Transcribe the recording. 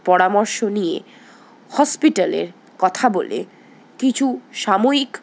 পরামর্শ নিয়ে হসপিটালের কথা বলে কিছু সাময়িক